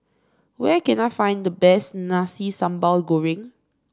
where can I find the best Nasi Sambal Goreng